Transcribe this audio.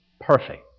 perfect